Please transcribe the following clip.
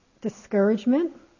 discouragement